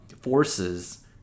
forces